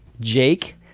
jake